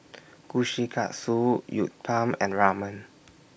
Kushikatsu Uthapam and Ramen